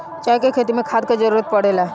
चाय के खेती मे खाद के जरूरत पड़ेला